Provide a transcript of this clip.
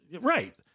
right